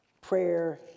prayer